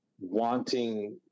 wanting